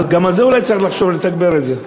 גם על זה אולי צריך לחשוב לתגבר את זה.